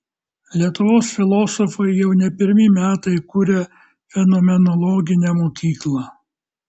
lietuvos filosofai jau ne pirmi metai kuria fenomenologinę mokyklą